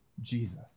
Jesus